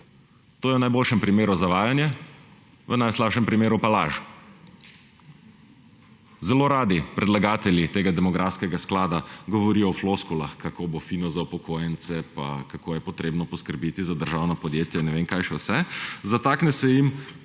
To je v najboljšem primeru zavajanje, v najslabšem primeru pa laž. Zelo radi predlagatelji tega demografskega sklada govorijo o floskulah, kako bo fino za upokojence pa kako je potrebno poskrbeti za državna podjetja in ne vem kaj še vse. Zatakne se jim